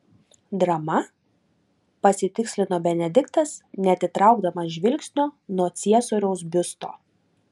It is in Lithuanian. drama pasitikslino benediktas neatitraukdamas žvilgsnio nuo ciesoriaus biusto